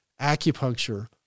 acupuncture